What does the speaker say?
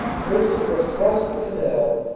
first it must cross the canal,